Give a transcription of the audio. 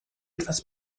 etwas